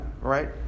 right